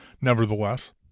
Nevertheless